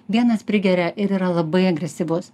vienas prigeria ir yra labai agresyvus